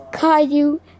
Caillou